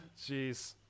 Jeez